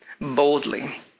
boldly